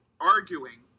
arguing